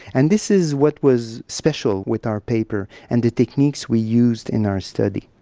and this is what was special with our paper and the techniques we used in our study.